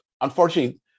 unfortunately